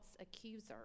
accuser